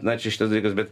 na čia šitas dalykas bet